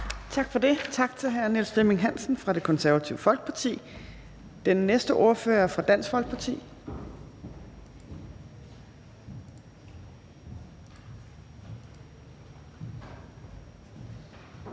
Tak for det. Tak til hr. Niels Flemming Hansen fra Det Konservative Folkeparti. Den næste ordfører er fra Dansk Folkeparti.